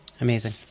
Amazing